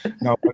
No